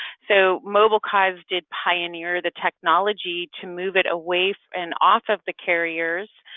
so mobilecause did pioneer the technology to move it away so and off of the carriers.